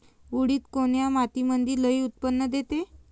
उडीद कोन्या मातीमंदी लई उत्पन्न देते?